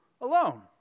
alone